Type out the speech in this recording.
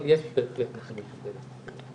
אבל יש בהחלט מקרים של דלת מסתובבת.